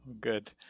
Good